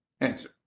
answer